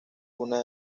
una